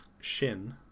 Shin